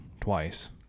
twice